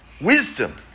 wisdom